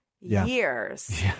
years